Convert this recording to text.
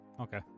Okay